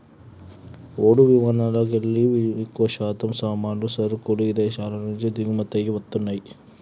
ఓడలు విమానాలల్లోకెల్లి ఎక్కువశాతం సామాన్లు, సరుకులు ఇదేశాల నుంచి దిగుమతయ్యి వస్తన్నయ్యి